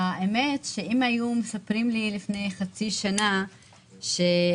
האמת היא שאם היו מספרים לי לפני חצי שנה שאתה